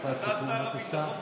אתה שר הביטחון בגלל מנסור עבאס.